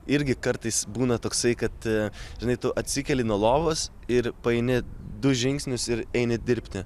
irgi kartais būna toksai kad žinai tu atsikeli nuo lovos ir paeini du žingsnius ir eini dirbti